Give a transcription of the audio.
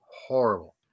horrible